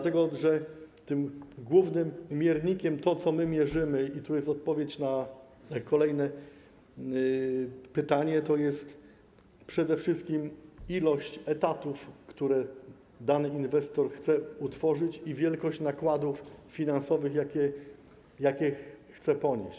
Tym głównym miernikiem, tym, co my mierzymy - jest to odpowiedź na kolejne pytanie - jest przede wszystkim liczba etatów, które dany inwestor chce utworzyć, i wielkość nakładów finansowych, jakie chce ponieść.